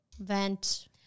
Vent